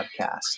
podcast